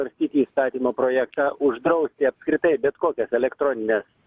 svarstyti įstatymo projektą uždrausti apskritai bet kokias elektronines